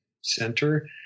center